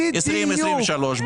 2023,